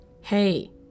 Hey